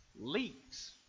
leaks